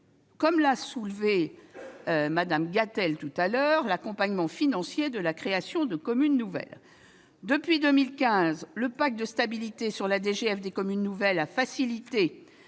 a déjà signalé celle qui concerne l'accompagnement financier de la création de communes nouvelles. Depuis 2015, le pacte de stabilité sur la DGF des communes nouvelles a facilité